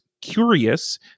curious